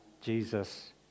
Jesus